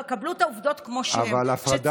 קבלו את העובדות כמו שהן.